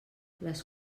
les